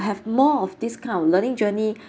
I have more of this kind of learning journey